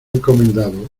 encomendado